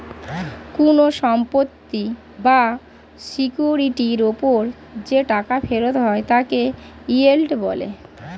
কোন সম্পত্তি বা সিকিউরিটির উপর যে টাকা ফেরত হয় তাকে ইয়েল্ড বলে